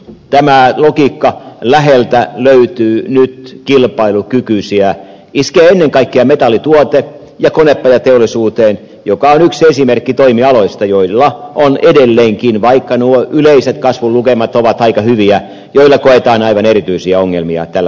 tämä logiikka läheltä löytyy nyt kilpailukykyisiä iskee ennen kaikkea metallituote ja konepajateollisuuteen joka on yksi esimerkki toimialoista joilla edelleenkin vaikka nuo yleiset kasvulukemat ovat aika hyviä koetaan aivan erityisiä ongelmia tälläkin hetkellä